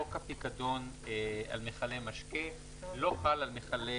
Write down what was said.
חוק הפיקדון על מיכלי משקה לא חל על מיכלי